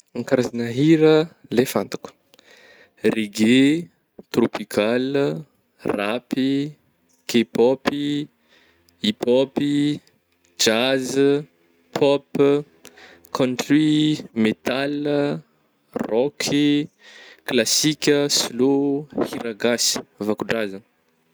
Karazagna hira le fantako reggae, tropical, rapy, kepôpy, hipôpy, jazz, pop, country, metal, rôky, klasika, slow, hiragasy, vakodrazagna.